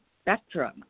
spectrum